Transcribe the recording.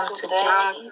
today